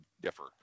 differ